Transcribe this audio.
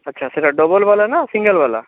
ଆଚ୍ଛା ଆଚ୍ଛା ସେଇଟା ଡବଲ୍ ବାଲା ନା ସିଙ୍ଗଲ୍ ବାଲା